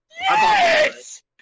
yes